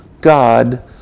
God